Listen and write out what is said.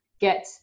get